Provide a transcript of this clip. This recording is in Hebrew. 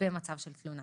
במצב של תלונה.